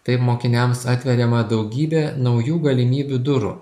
taip mokiniams atveriama daugybė naujų galimybių durų